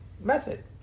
method